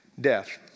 death